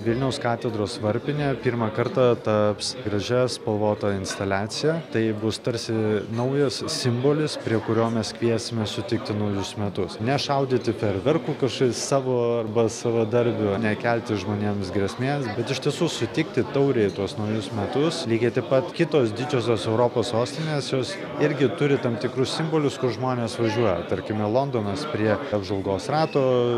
vilniaus katedros varpinė pirmą kartą taps gražia spalvota instaliacija tai bus tarsi naujas simbolis prie kurio mes kviesime sutikti naujus metus ne šaudyti fejerverkų kas čia savo arba savadarbių nekelti žmonėms grėsmės bet iš tiesų sutikti tauriai tuos naujus metus lygiai taip pat kitos didžiosios europos sostinės jos irgi turi tam tikrus simbolius kur žmonės važiuoja tarkime londonas prie apžvalgos rato